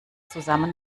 zusammen